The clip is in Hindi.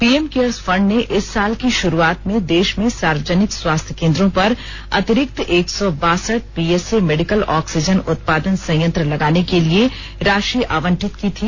पीएम केयर्स फंड ने इस साल की शुरुआत में देश में सार्वजनिक स्वास्थ्य केंद्रो पर अतिरिक्त एक सौ बासठ पीएसए मेडिकल ऑक्सीजन उत्पादन संयंत्र लगाने के लिए राश्वि आवंटित की थे